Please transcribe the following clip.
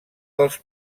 dels